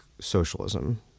socialism